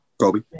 Kobe